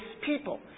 people